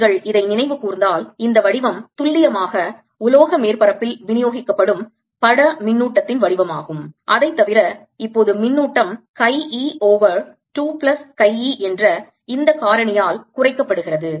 நீங்கள் இதை நினைவு கூர்ந்தால் இந்த வடிவம் துல்லியமாக உலோக மேற்பரப்பில் விநியோகிக்கப்படும் பட மின்னூட்டத்தின் வடிவமாகும் அதைத்தவிர இப்போது மின்னூட்டம் chi e over 2 plus chi e என்ற இந்த காரணியால் குறைக்கப்படுகிறது